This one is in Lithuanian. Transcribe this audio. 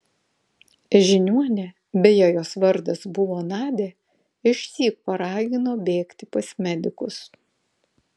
žiniuonė beje jos vardas buvo nadia išsyk paragino bėgti pas medikus